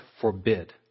forbid